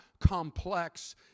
Complex